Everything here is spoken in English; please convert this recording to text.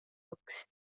books